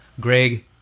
Greg